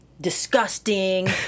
disgusting